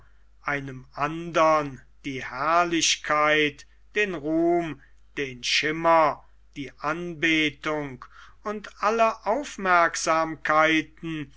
einem andern die herrlichkeit den ruhm den schimmer die anbetung und alle aufmerksamkeiten